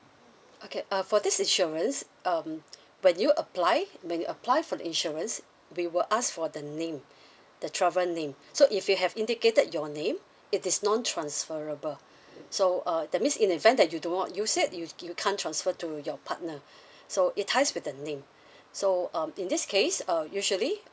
okay uh for this insurance um when you apply when you apply for the insurance we will ask for the name the traveller name so if you have indicated your name it is non transferable so uh that means in the event that you do not use it you you can't transfer to your partner so it ties with the name so um in this case uh usually